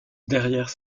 derrière